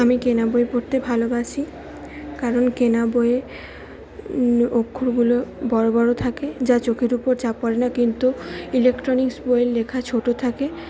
আমি কেনা বই পড়তে ভালোবাসি কারণ কেনা বইয়ে অক্ষরগুলো বড় বড় থাকে যা চোখের ওপর চাপ পড়ে না কিন্তু ইলেকট্রনিক্স বইয়ের লেখা ছোটো থাকে